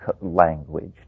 language